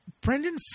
Brendan